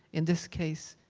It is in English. in this case,